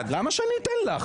מירב בן ארי מי מחליף אותה?